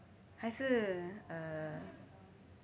还是 uh